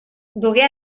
dugué